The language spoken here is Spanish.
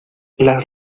las